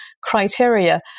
criteria